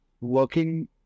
working